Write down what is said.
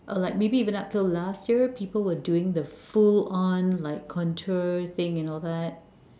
uh like maybe even up til last year people were doing the full on like contour thing you know that